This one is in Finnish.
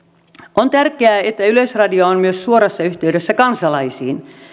on tärkeää että yleisradio on myös suorassa yhteydessä kansalaisiin